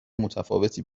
متفاوتی